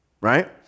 right